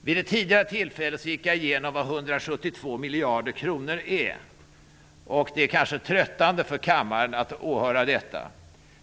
Vid ett tidigare tillfälle gick jag igenom vad 172 miljarder kronor är, och det är kanske tröttande för kammaren att åhöra detta igen.